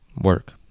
work